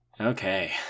Okay